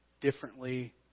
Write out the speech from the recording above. differently